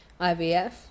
IVF